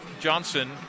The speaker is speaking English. Johnson